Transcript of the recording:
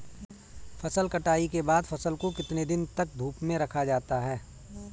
फसल कटाई के बाद फ़सल को कितने दिन तक धूप में रखा जाता है?